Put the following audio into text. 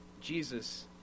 Jesus